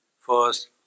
First